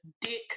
dick